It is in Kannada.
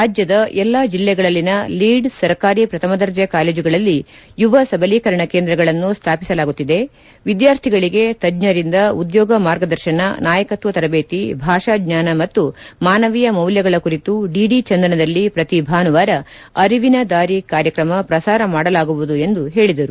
ರಾಜ್ಯದ ಎಲ್ಲ ಜಿಲ್ಲೆಗಳಲ್ಲಿನ ಲೀಡ್ ಸರ್ಕಾರಿ ಶ್ರಥಮ ದರ್ಜಿ ಕಾಲೇಜುಗಳಲ್ಲಿ ಯುವ ಸಬಲೀಕರಣ ಕೇಂದ್ರಗಳನ್ನು ಸ್ಥಾಪಿಸಲಾಗುತ್ತಿದೆ ವಿದ್ಯಾರ್ಥಿಗಳಿಗೆ ತಜ್ಜರಿಂದ ಉದ್ಯೋಗ ಮಾರ್ಗದರ್ಶನ ನಾಯಕತ್ವ ತರಬೇತಿ ಭಾಷಾಜ್ಣಾನ ಮತ್ತು ಮಾನವೀಯ ಮೌಲ್ನಗಳ ಕುರಿತು ಡಿಡಿ ಚಂದನದಲ್ಲಿ ಪ್ರತಿ ಭಾನುವಾರ ಅರಿವಿನ ದಾರಿ ಕಾರ್ಯಕ್ರಮ ಪ್ರಸಾರ ಮಾಡಲಾಗುವುದು ಎಂದು ಹೇಳಿದರು